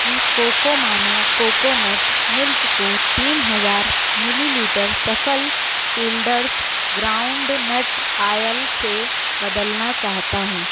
मैं कोकोमामा coconut milk को तीन हज़ार मिलीलीटर सफ़ल फील्डर्स ग्राउन्डनट आयल से बदलना चाहता हूँ